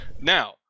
Now